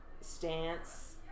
stance